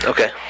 Okay